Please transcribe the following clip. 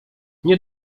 nie